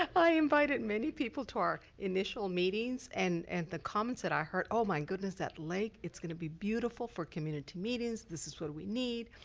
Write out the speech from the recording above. i invited many people to our initial meetings and and the comments that i heard, oh my goodness, that lake, it's gonna be beautiful for community meetings. this is what we need.